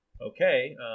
okay